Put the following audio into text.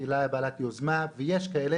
אם הקהילה לוקחת יוזמה, ויש כאלה.